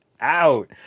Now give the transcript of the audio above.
out